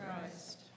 Christ